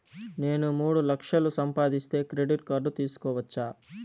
నేను మూడు లక్షలు సంపాదిస్తే క్రెడిట్ కార్డు తీసుకోవచ్చా?